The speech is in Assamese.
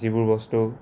যিবোৰ বস্তু